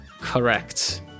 Correct